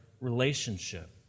relationship